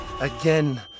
again